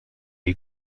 les